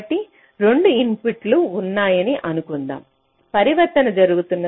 కాబట్టి 2 ఇన్పుట్లు ఉన్నాయని అనుకుందాం పరివర్తన జరుగుతున్న సమయం t 0 కి సమానం